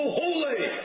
holy